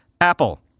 Apple